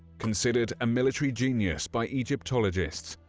considered a military genius by egyptologists,